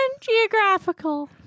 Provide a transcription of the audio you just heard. geographical